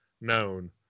known